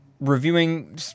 reviewing